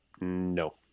No